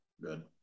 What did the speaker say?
Good